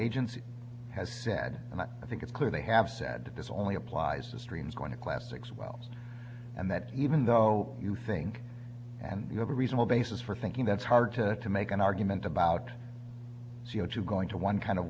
agency has said and i think it's clear they have said that this only applies to streams going to classics well and that even though you think and you have a reasonable basis for thinking that's hard to to make an argument about c o two going to one kind of